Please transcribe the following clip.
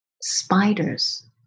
spiders